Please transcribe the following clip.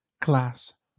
class